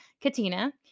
Katina